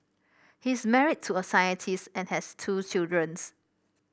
he is married to a scientist and has two children